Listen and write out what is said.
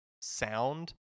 sound